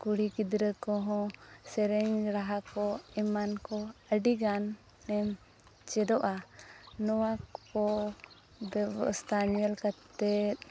ᱠᱩᱲᱤ ᱜᱤᱫᱽᱨᱟᱹ ᱠᱚᱦᱚᱸ ᱥᱮᱨᱮᱧ ᱨᱟᱦᱟ ᱠᱚ ᱮᱢᱟᱱ ᱠᱚ ᱟᱹᱰᱤ ᱜᱟᱱ ᱮᱢ ᱪᱮᱫᱚᱜᱼᱟ ᱱᱚᱣᱟ ᱠᱚ ᱵᱮᱵᱚᱥᱛᱷᱟ ᱧᱮᱞ ᱠᱟᱛᱮᱫ